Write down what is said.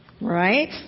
Right